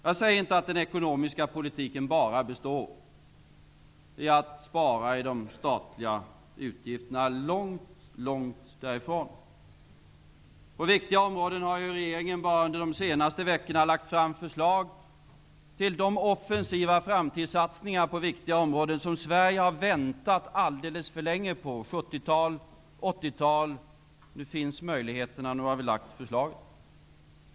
Jag säger inte att den ekonomiska politiken bara består i att spara i de statliga utgifterna -- långt därifrån. På viktiga områden har regeringen bara under de senaste veckorna lagt fram förslag till de offensiva framtidssatsningar på viktiga områden som Sverige har väntat alldeles för länge på, sedan 70 och 80-talet. Nu finns möjligheterna. Nu har vi lagt fram förslagen.